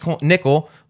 nickel